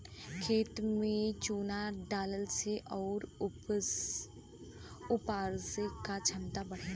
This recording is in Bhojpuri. खेत में चुना डलला से ओकर उपराजे क क्षमता बढ़ेला